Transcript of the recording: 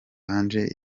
ange